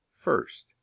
first